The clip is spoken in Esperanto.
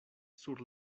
sur